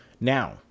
Now